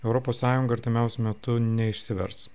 europos sąjunga artimiausiu metu neišsivers